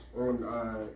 on